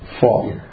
fall